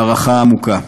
הערכה עמוקה.